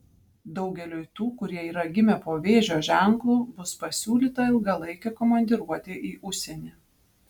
daugeliui tų kurie yra gimę po vėžio ženklu bus pasiūlyta ilgalaikė komandiruotė į užsienį